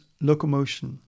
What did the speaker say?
locomotion